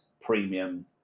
premium